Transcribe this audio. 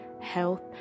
health